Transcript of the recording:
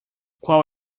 qual